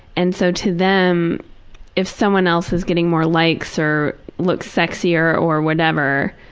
and so to them if someone else is getting more likes or looks sexier or whatever,